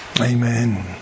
Amen